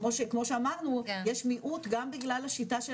כמו שאמרנו יש מיעוט גם בגלל השיטה של